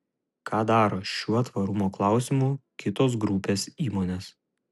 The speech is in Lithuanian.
ką daro šiuo tvarumo klausimu kitos grupės įmonės